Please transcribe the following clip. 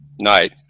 night